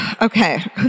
Okay